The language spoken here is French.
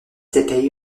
taipei